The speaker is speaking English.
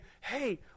hey